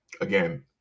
Again